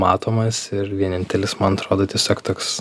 matomas ir vienintelis man atrodo tiesiog toks